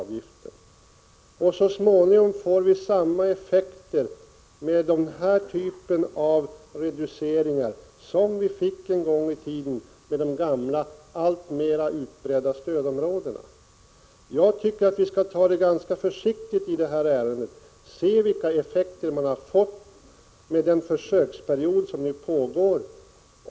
Det blir så småningom samma effekter med denna typ av reduceringar som det en gång i tiden blev med de gamla, alltmera utbredda stödområdena. Jag tycker att vi skall ta det ganska försiktigt i detta ärende och se vilka effekterna blir under försöksperioden.